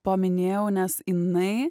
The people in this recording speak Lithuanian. paminėjau nes jinai